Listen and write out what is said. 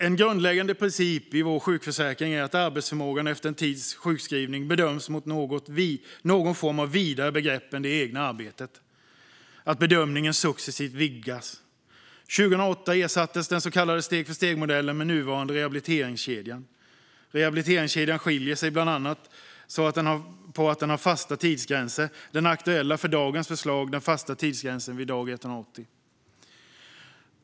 En grundläggande princip i vår sjukförsäkring är att arbetsförmågan efter en tids sjukskrivning bedöms utifrån någon form av vidare begrepp än det egna arbetet, att bedömningen successivt vidgas. År 2008 ersattes den så kallade steg-för-sten-modellen med den nuvarande rehabiliteringskedjan. Rehabiliteringskedjan skiljer sig bland annat genom att den har fasta tidsgränser. Den aktuella tidsgränsen i dagens förslag är en fast tidsgräns vid dag 180.